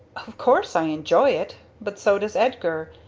of course i enjoy it, but so does edgar.